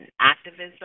activism